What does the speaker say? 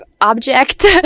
object